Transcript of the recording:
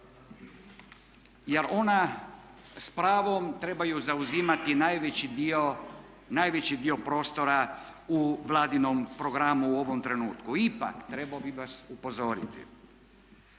jer ona s pravom trebaju zauzimati najveći dio prostora u Vladinom programu u ovom trenutku. Ipak trebao bih vas upozoriti